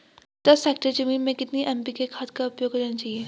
दस हेक्टेयर जमीन में कितनी एन.पी.के खाद का उपयोग किया जाना चाहिए?